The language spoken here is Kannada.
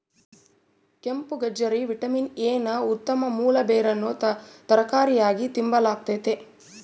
ಕೆಂಪುಗಜ್ಜರಿ ವಿಟಮಿನ್ ಎ ನ ಉತ್ತಮ ಮೂಲ ಬೇರನ್ನು ತರಕಾರಿಯಾಗಿ ತಿಂಬಲಾಗ್ತತೆ